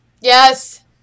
Yes